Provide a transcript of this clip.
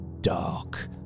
dark